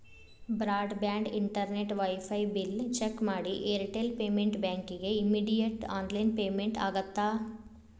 broad band internet wifi bill check ಮಾಡಿ Airtel payment ಬ್ಯಾಂಕಿಗಿ immediate online payment ಆಗತ್ತಾ